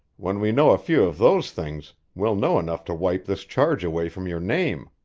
when we know a few of those things, we'll know enough to wipe this charge away from your name,